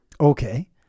Okay